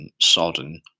sodden